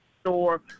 store